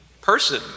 person